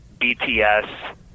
BTS